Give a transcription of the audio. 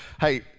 hey